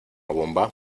bomba